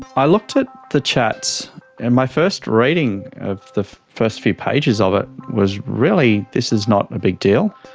i looked at the chats and my first reading of the first few pages of it was really, this is not a big deal.